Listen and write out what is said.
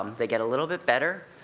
um they get a little bit better,